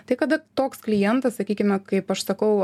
tai kada toks klientas sakykime kaip aš sakau